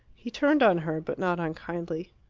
he turned on her, but not unkindly.